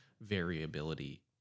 variability